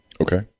Okay